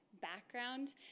background